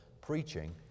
preaching